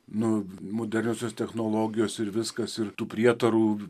nu moderniosios technologijos ir viskas ir tų prietarų